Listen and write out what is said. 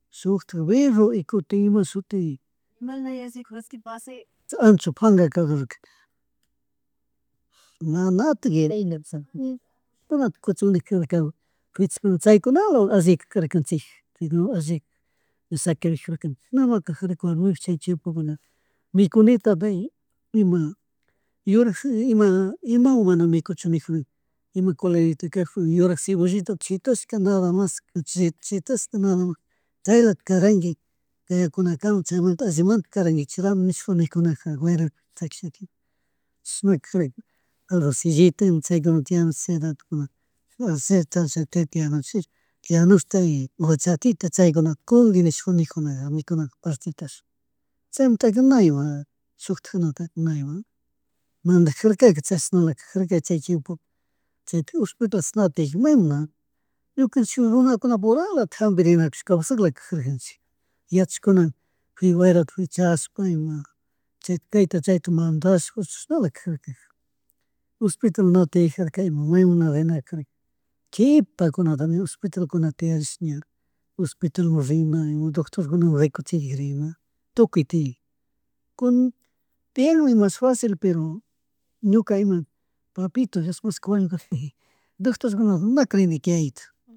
Shutak berro y kutin imashutik, ancho pangakadur, manatik yuyarini, kuchunakadurka, pichas chaykunalawan alli karkanchik chaykunawan alli sharirijunk kajarka manarik chay chiempokunaka mikunita pay ima yurak imawan mana mikuchun nijuna ima coladita kagpi yuuyrak cebollita shitashka nada mas chita nada mas chaylata karangui kawakunakama chaymuntaka allimanta karangui china ruamun nisha nikunaka fuera chayta, chashna carka ima chaykuna yanush orchatita chyakunawan kungui nishju nijunaka mikunapuk chaymunta na ima shuktijunataka na ima madajarkaka chashnala kajarka chay chiempo chayta hosopital na tiyaji maymun na ñukanchik runakunapurala jambirina kawsaglakajarkanchik yachajuna wayrata fichashpa ima chay, kayta chayta mandashpa chishnala kajarka hospital ña tiyajarka ima mana rinala karka kipa kunatami hospitalkuna tiyarish ña hospitalmun rina, ima doctormun rikuchigrina tukuy tiyak kunak tiyanmi mas facil pero ñuka ima papito dios wañukagpi doctor kuna na crinika yayitu.